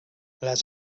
les